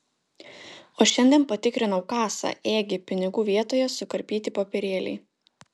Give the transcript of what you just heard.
o šiandien patikrinau kasą ėgi pinigų vietoje sukarpyti popierėliai